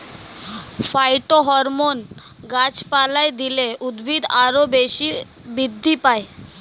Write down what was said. phytohormone গাছপালায় দিলে উদ্ভিদ আরও বেশি বৃদ্ধি পায়